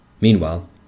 Meanwhile